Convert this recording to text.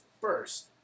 first